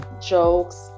jokes